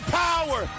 power